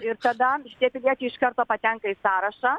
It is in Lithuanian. ir tada šitie piliečiai iš karto patenka į sąrašą